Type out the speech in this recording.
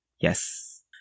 Yes